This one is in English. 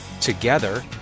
Together